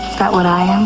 that what i